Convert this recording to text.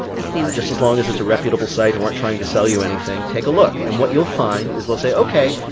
i've seen those just as long as it's a reputable site and weren't trying to sell you anything, take a look. and what you'll find is they'll say, ok.